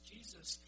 Jesus